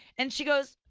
and she goes,